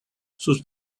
sus